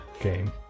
game